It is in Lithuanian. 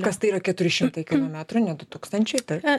kas tai yra keturi šimtai kilometrų ne du tūkstančiai taip